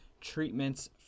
treatments